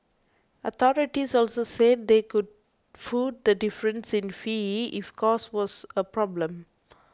authorities also said they could foot the difference in fees if cost was a problem